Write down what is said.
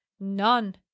none